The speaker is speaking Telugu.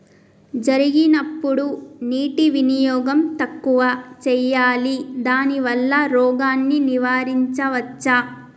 జరిగినప్పుడు నీటి వినియోగం తక్కువ చేయాలి దానివల్ల రోగాన్ని నివారించవచ్చా?